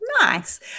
Nice